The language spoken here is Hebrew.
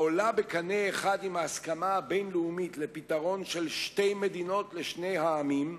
העולה בקנה אחד עם ההסכמה הבין-לאומית לפתרון של שתי מדינות לשני העמים,